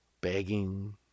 Begging